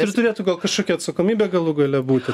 ir turėtų gal kažkokia atsakomybė galų gale būti